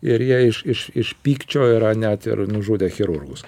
ir jie iš iš iš pykčio yra net ir nužudę chirurgus